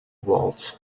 waltz